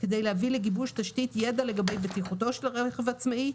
כדי להביא לגיבוש תשתית ידע לגבי בטיחותו של הרכב העצמאי,